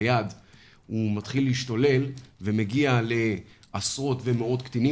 הוא מתחיל להשתולל ומגיע לעשרות ומאות קטינים.